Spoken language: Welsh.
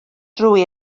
drwy